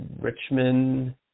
Richmond